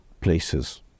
places